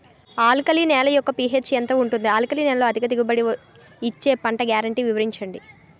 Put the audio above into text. Alkali నేల యెక్క pH ఎంత ఉంటుంది? ఆల్కలి నేలలో అధిక దిగుబడి ఇచ్చే పంట గ్యారంటీ వివరించండి?